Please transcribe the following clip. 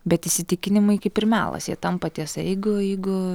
bet įsitikinimai kaip ir melas jie tampa tiesa jeigu jeigu